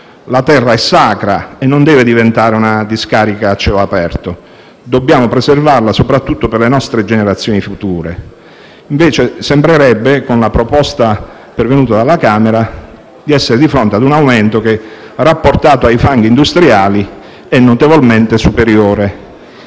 La terra è sacra e non deve diventare una discarica a cielo aperto: dobbiamo preservarla soprattutto per le nostre generazioni future. Sembrerebbe, invece, con il testo pervenuto dalla Camera, di essere di fronte a un aumento dei limiti che, rapportato a quello dei fanghi industriali, è notevolmente superiore.